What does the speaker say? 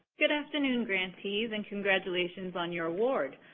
good afternoon, grantees, and congratulations on your award.